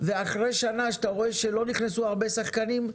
ואחרי שנה שאתה רואה שלא נכנסו הרבה שחקנים,